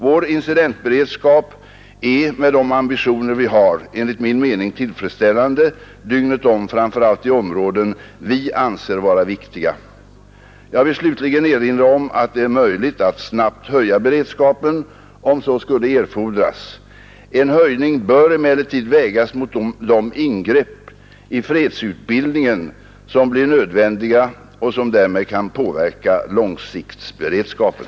Vår incidentberedskap är med de ambitioner vi har enligt min mening tillfredsställande dygnet om framför allt i områden vi anser vara viktiga. Jag vill slutligen erinra om att det är möjligt att snabbt höja beredskapen om så skulle erfordras. En höjning bör emellertid vägas mot de ingrepp i fredsutbildningen som blir nödvändiga och som därmed även kan påverka långsiktsberedskapen.